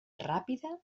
ràpida